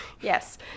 Yes